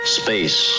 space